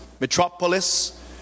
metropolis